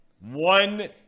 One